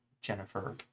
Jennifer